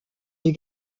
des